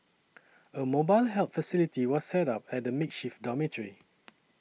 a mobile help facility was set up at the makeshift dormitory